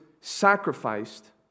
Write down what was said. sacrificed